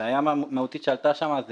בעיה מהותית שעלתה שם זה